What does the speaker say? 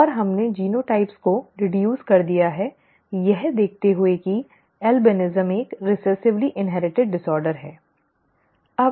और हमने जीनोटाइप को डिˈड्यूस् कर दिया है यह देखते हुए कि अल्बिनिज़्म एक रिसेसिवली इन्हेरिटिड विकार है ठीक है